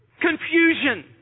Confusion